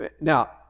Now